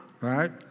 right